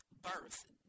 birth